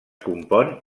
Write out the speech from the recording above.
compon